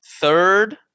Third